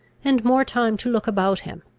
and more time to look about him.